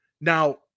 now